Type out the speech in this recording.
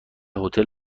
هتل